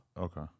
Okay